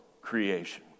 creation